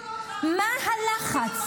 מה הלחץ?